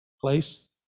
place